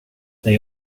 they